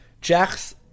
Jacks